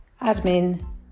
admin